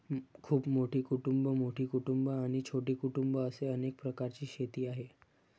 खूप मोठी कुटुंबं, मोठी कुटुंबं आणि छोटी कुटुंबं असे अनेक प्रकारची शेती आहे